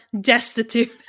destitute